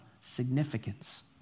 significance